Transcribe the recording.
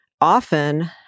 often